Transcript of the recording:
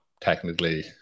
technically